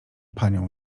panią